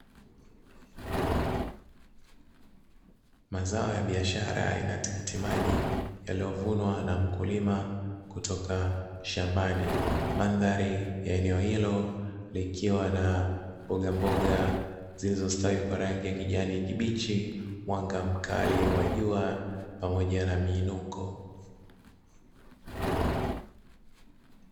Mazao ya biashara ya aina tikitimaji yaliyovunwa na mkulima kutoka shambani, mandhari ya eneo hilo likiwa na mbogamboga nilizostawi kwa rangi ya kijani kibichi, mwanga mkali wa jua, pamoja na miinuko.